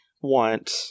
want